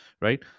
right